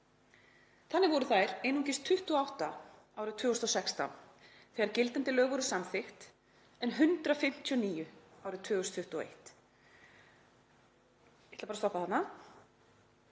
Þannig voru þær einungis 28 árið 2016 þegar gildandi lög voru samþykkt en 159 árið 2021.“ Ég ætla bara að stoppa þarna.